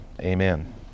Amen